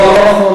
לא נכון.